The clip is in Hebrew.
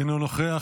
אינו נוכח,